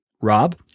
Rob